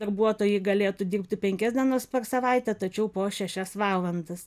darbuotojai galėtų dirbti penkias dienas per savaitę tačiau po šešias valandas